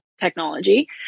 technology